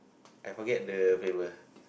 I forget the flavour